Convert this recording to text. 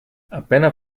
appena